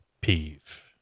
peeve